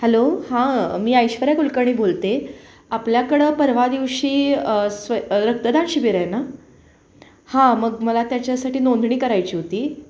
hello हां मी ऐश्वर्या कुलकर्णी बोलते आपल्याकडं परवा दिवशी स्वय रक्तदान शिबीर आहे ना हां मग मला त्याच्यासाठी नोंदणी करायची होती